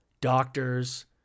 doctors